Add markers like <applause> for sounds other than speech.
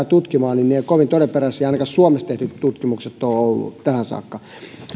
<unintelligible> tutkimaan eivät ole kovin todenperäisiä ainakaan suomessa tehdyt tutkimukset eivät ole olleet tähän saakka